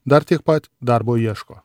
dar tiek pat darbo ieško